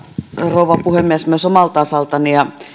rouva puhemies myös omalta osaltani esitän huoleni ja